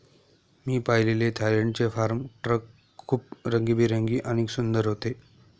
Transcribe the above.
मी पाहिलेले थायलंडचे farm truck खूप रंगीबेरंगी आणि सुंदर होते